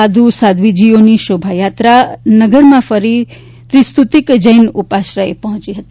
સાધુ સાધ્વીજીઓની શોભાયાત્રા નગરમાં ફરી ત્રિસ્તુતીક જેન ઉપાશ્રય પહોંચી હતી